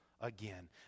again